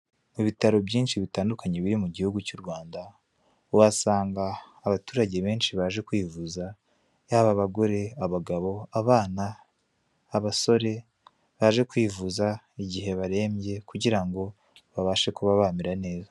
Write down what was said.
Ibitaro byinshi bitandukanye biri mu gihugu cy'u Rwanda, uhasanga abaturage benshi baje kwivuza, yaba abagore, abagabo, abana, abasore baje kwivuza igihe barembye kugira ngo babashe kuba bamera neza.